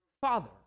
father